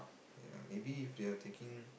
ya maybe if they're taking